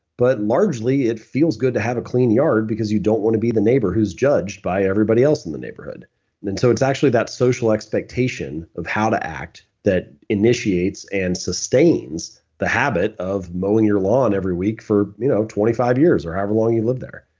but largely, it feels good to have a clean yard because you don't want to be the neighbor who's judged by everybody else in the neighborhood and so it's it's actually that social expectation of how to act that initiates and sustains the habit of mowing your lawn every week for you know twenty five years or however long you live there.